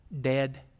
dead